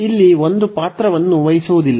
ಇಲ್ಲಿ ಒಂದು ಪಾತ್ರವನ್ನು ವಹಿಸುವುದಿಲ್ಲ